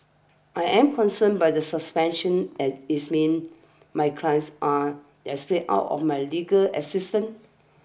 I am concerned by the suspension as its means my clients are desperate out of my legal assistance